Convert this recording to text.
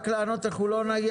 רק לענות, אנחנו לא נגיע.